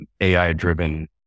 AI-driven